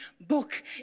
book